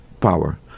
power